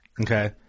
Okay